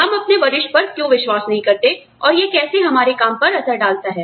हम अपने वरिष्ठ पर क्यों विश्वास नहीं करते और यह कैसे हमारे काम पर असर डालता है